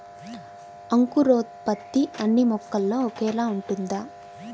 అంకురోత్పత్తి అన్నీ మొక్కల్లో ఒకేలా ఉంటుందా?